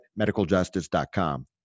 medicaljustice.com